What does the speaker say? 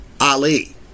Ali